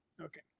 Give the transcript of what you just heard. Okay